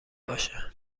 باشه